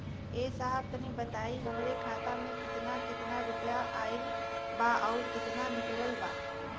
ए साहब तनि बताई हमरे खाता मे कितना केतना रुपया आईल बा अउर कितना निकलल बा?